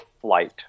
flight